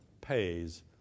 pays